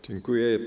Dziękuję.